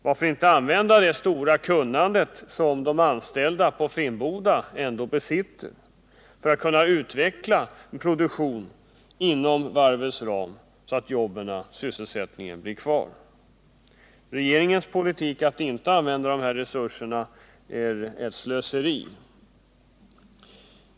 Varför inte använda det stora kunnande som de anställda på Finnboda ändå besitter för att utveckla en produktion inom varvets ram, så att sysselsättningen blir kvar? Regeringens politik att inte använda dessa resurser innebär ett slöseri.